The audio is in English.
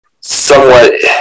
somewhat